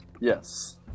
yes